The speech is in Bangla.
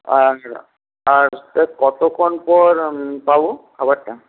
আর আর কতক্ষণ পর পাব খাবারটা